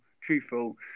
truthful